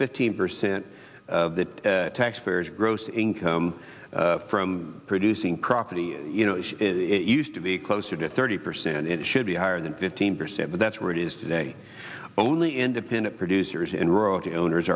fifteen percent of the taxpayer's gross income from producing property you know it used to be closer to thirty percent it should be higher than fifteen percent but that's where it is today only independent producers and rural to owners